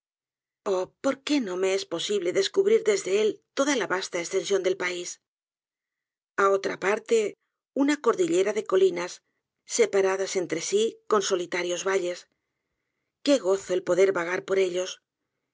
por qué no me es posible descubrir desde él toda la vasta estension del pars a otra parte una cordillera de colinas separadas entre sí con solitarios valles que gozo el poder vagar por ellos